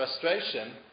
frustration